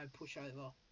pushover